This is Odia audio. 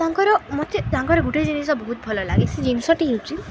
ତାଙ୍କର ମେତେ ତାଙ୍କର ଗୋଟେ ଜିନିଷ ବହୁତ ଭଲ ଲାଗେ ସେ ଜିନିଷଟି ହଉଛି